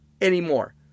anymore